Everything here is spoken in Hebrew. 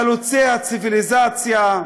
חלוצי הציוויליזציה,